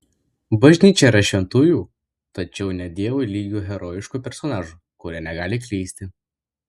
bažnyčia yra šventųjų tačiau ne dievui lygių herojiškų personažų kurie negali klysti